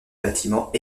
bâtiment